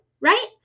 right